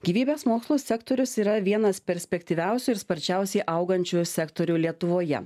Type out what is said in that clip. gyvybės mokslų sektorius yra vienas perspektyviausių ir sparčiausiai augančių sektorių lietuvoje